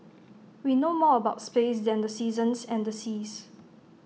we know more about space than the seasons and the seas